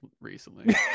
recently